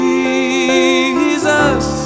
Jesus